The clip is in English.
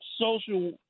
Social